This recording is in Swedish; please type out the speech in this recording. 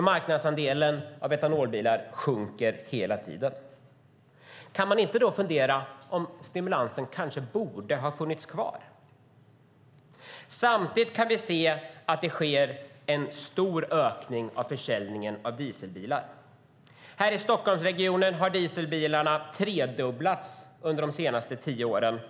Marknadsandelen för etanolbilar sjunker alltså hela tiden. Kan man då inte fundera på om stimulansen borde ha funnits kvar? Samtidigt ser vi att försäljningen av dieselbilar ökar. I Stockholmsregionen har antalet dieselbilar tredubblats under de senaste tio åren.